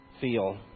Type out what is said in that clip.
feel